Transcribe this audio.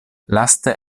laste